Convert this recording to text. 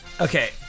Okay